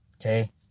Okay